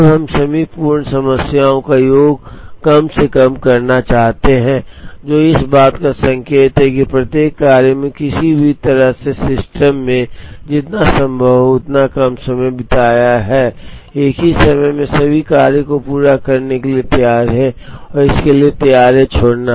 अब हम सभी पूर्ण समयों का योग कम से कम करना चाहते हैं जो इस बात का संकेत है कि प्रत्येक कार्य में किसी भी तरह से सिस्टम में जितना संभव हो उतना कम समय बिताया है एक ही समय में सभी कार्यों को पूरा करने के लिए तैयार है और इसके लिए तैयार है छोड़ना